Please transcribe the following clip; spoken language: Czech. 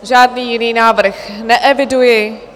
Žádný jiný návrh neeviduji.